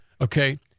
Okay